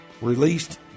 released